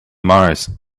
mars